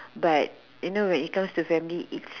but you know when it comes to family is